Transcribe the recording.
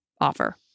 offer